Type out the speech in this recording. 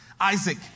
Isaac